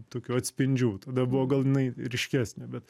tokių atspindžių tada buvo gal jinai ryškesnė bet